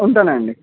ఉంటాను అండి